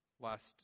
Last